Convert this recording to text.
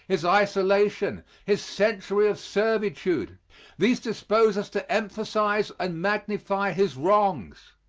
his isolation, his century of servitude these dispose us to emphasize and magnify his wrongs.